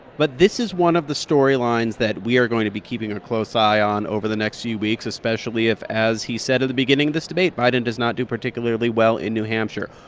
but this is one of the storylines that we are going to be keeping a close eye on over the next few weeks, especially if, as he said at the beginning of this debate, biden does not do particularly well in new hampshire.